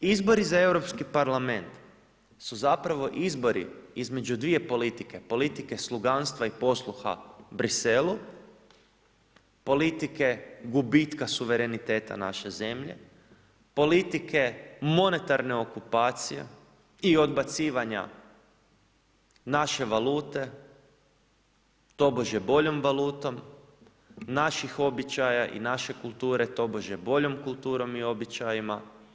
Izbori za Europski parlament, su zapravo izbori između dvije politike, politike sluganstva i posluha Bruxellesu, politike gubitka suvereniteta naše zemlje, politike monetarne okupacije i odbacivanja naše valute tobože boljom valutom, naših običaja i naše kulture tobože boljom kulturom i običajima.